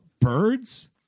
birds